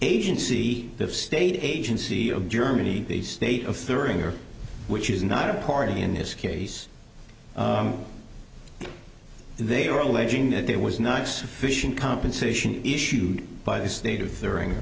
agency of state agency of germany the state of thirty or which is not a party in this case they are alleging that there was not sufficient compensation issued by the state of the ring